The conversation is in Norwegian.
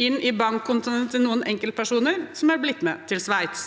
inn på bankkontoene til noen enkeltpersoner og blitt med til Sveits.